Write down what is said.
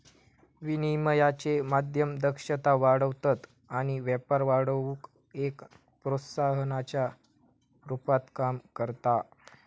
विनिमयाचे माध्यम दक्षता वाढवतत आणि व्यापार वाढवुक एक प्रोत्साहनाच्या रुपात काम करता